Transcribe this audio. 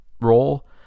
role